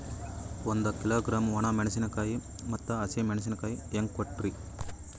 ಒಂದ ಕಿಲೋಗ್ರಾಂ, ಒಣ ಮೇಣಶೀಕಾಯಿ ಮತ್ತ ಹಸಿ ಮೇಣಶೀಕಾಯಿ ಹೆಂಗ ಕೊಟ್ರಿ?